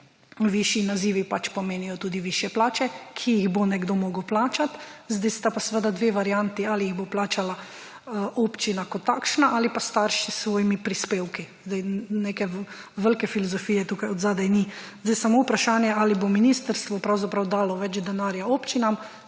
višji nazivi pač pomenijo tudi višje plače, ki jih bo nekdo moral plačati. Zdaj sta pa seveda dve varianti – ali jih bo plačala občina kot takšna ali pa starši s svojimi prispevki. Neke velike filozofije tukaj zadaj ni. Zdaj je samo vprašanje ali bo ministrstvo pravzaprav dalo več denarja občinam,